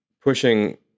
pushing